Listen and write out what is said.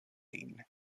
lin